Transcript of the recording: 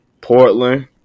Portland